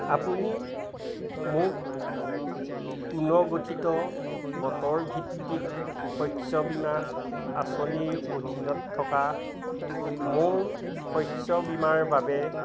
আপুনি মোক পুনৰ্গঠিত বতৰ ভিত্তিক শস্য বীমা আঁচনিৰ অধীনত থকা মোৰ শস্য বীমাৰ বাবে